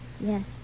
Yes